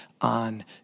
on